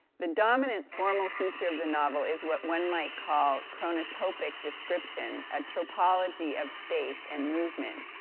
the dominant formal feature of the novel is what one might call chronotropic description, a tropology of space and movement.